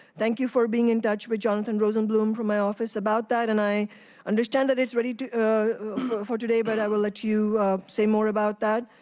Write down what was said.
thank you for being in touch with jonathan rosenblum from my office about that. and i understand, it's ready for today, but i will let you say more about that.